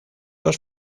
dos